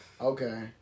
Okay